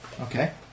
Okay